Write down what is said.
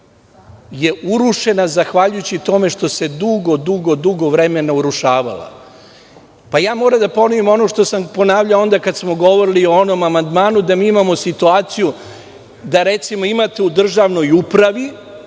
je urušena zahvaljujući tome što se dugo, dugo vremena urušavala. Moram da ponovim ono što sam ponavljao onda kada smo govorili o onom amandmanu da mi imamo situaciju da, recimo, imate u državnoj upravi,